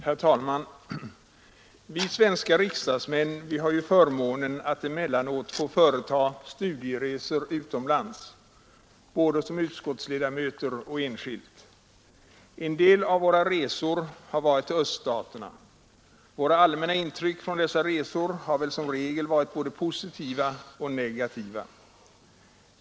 Herr talman! Vi svenska riksdagsmän har förmånen att emellanåt få företaga studieresor utomlands, både som utskottsledamöter och enskilt. En del av våra resor har varit till öststaterna. Våra allmänna intryck från dessa resor har väl som regel varit både positiva och negativa.